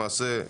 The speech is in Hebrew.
למעשה,